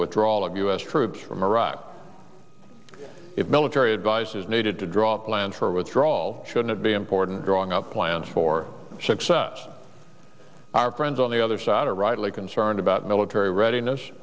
withdrawal of u s troops from iraq if military advisors needed to draw plans for withdrawal should it be important drawing up plans for success our friends on the other side are rightly concerned about military readiness